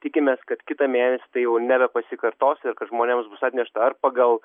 tikimės kad kitą mėnesį tai jau nebepasikartos ir kad žmonėms bus atnešta ar pagal